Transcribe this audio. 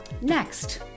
Next